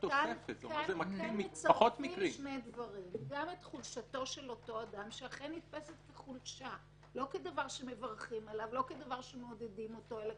המבצעים הנוספים יישאו באחריות לא כעבירה של כוונה אלא